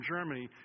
Germany